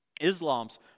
Islam's